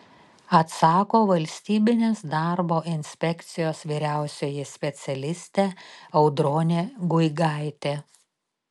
atsako valstybinės darbo inspekcijos vyriausioji specialistė audronė guigaitė